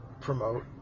promote